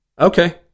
Okay